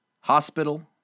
hospital